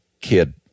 kid